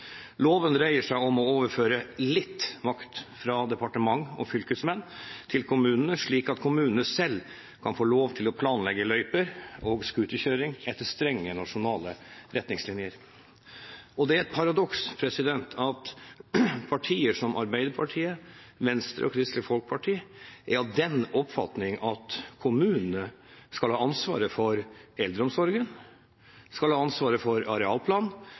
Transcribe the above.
loven. Loven dreier seg om å overføre litt makt fra departement og fylkesmenn til kommunene slik at kommunene selv kan få lov til å planlegge løyper og scooterkjøring etter strenge nasjonale retningslinjer. Det er et paradoks at partier som Arbeiderpartiet, Venstre og Kristelig Folkeparti er av den oppfatning at kommunene skal ha ansvaret for eldreomsorgen, arealplan, tilrettelegging for